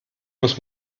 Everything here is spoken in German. muss